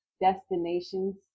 destinations